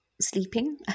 sleeping